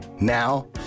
Now